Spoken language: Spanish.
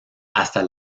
hasta